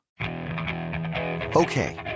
Okay